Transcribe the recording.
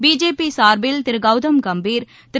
BJP சார்பில் திரு கவுதம் கம்பீர் திரு